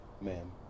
Ma'am